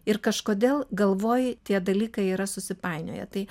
ir kažkodėl galvoj tie dalykai yra susipainioję tai